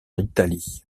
italie